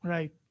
Right